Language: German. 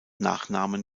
nachnamen